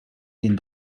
den